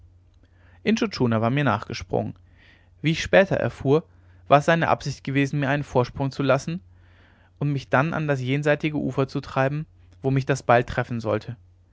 intschu tschuna war mir nachgesprungen wie ich später erfuhr war es erst seine absicht gewesen mir einen vorsprung zu lassen und mich dann an das jenseitige ufer zu treiben wo mich das beil treffen sollte